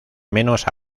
menos